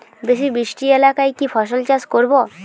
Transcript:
বেশি বৃষ্টি এলাকায় কি ফসল চাষ করব?